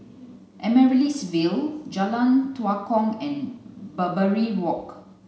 Amaryllis Ville Jalan Tua Kong and Barbary Walk